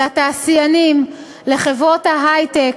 אל התעשיינים, אל חברות ההיי-טק,